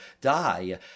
die